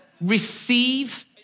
receive